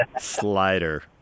slider